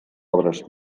obres